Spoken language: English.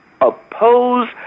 oppose